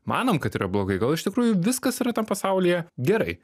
manom kad yra blogai gal iš tikrųjų viskas yra tam pasaulyje gerai